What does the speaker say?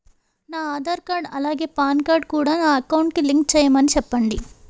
నా ఆధార్ కార్డ్ అలాగే PAN card కూడా నా అకౌంట్ కి లింక్ చేయమని చెప్పండి